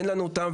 אין לנו אותם.